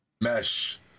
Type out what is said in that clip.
mesh